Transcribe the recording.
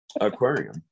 aquarium